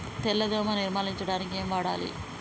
తెల్ల దోమ నిర్ములించడానికి ఏం వాడాలి?